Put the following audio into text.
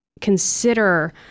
consider